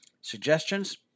Suggestions